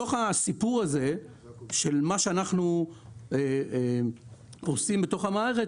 בתוך הסיפור של מה שאנחנו פורסים בתוך המערכת,